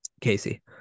Casey